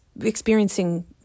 experiencing